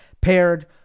paired